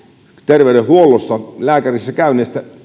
terveydenhuollossa esimerkiksi lääkärissäkäyntien